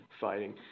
fighting